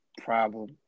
problem